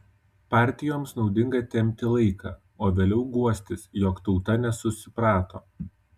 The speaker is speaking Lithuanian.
partijoms naudinga tempti laiką o vėliau guostis jog tauta nesusiprato